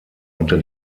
unter